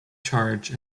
charge